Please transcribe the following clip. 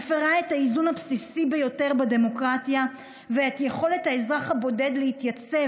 מפירה את האיזון הבסיסי ביותר בדמוקרטיה ואת יכולת האזרח הבודד להתייצב